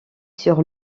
sur